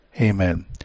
Amen